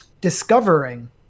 discovering